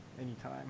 anytime